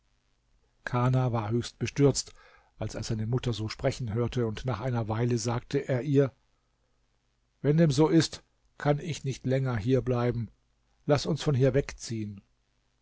kana war höchst bestürzt als er seine mutter so sprechen hörte und nach einer weile sagte er ihr wenn dem so ist kann ich nicht länger hier bleiben laß uns von hier wegziehen